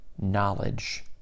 knowledge